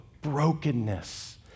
brokenness